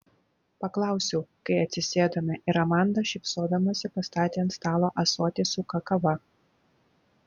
paklausiau kai atsisėdome ir amanda šypsodamasi pastatė ant stalo ąsotį su kakava